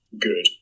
good